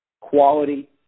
quality